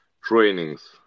trainings